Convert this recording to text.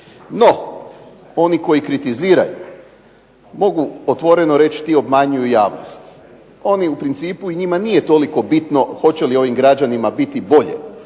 NO, oni koji kritiziraju, mogu otvoreno reći ti obmanjuju javnost. Oni, njima nije toliko bitno hoće li ovim građanima biti bolje,